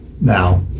Now